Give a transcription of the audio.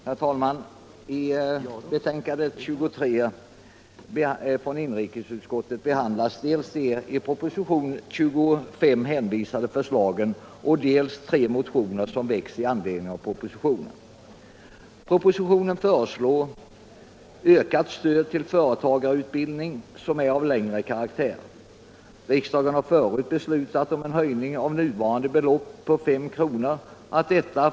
Herr talman! I inrikesutskottets betänkande nr 23 behandlas dels de till utskottet hänvisade förslagen i proposition 1975/76:25, dels tre motioner som väckts i anledning av propositionen. I propositionen föreslås ökat stöd till företagsutbildning av längre karaktär. Riksdagen har förut beslutat att nuvarande belopp på 5 kr.